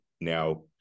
now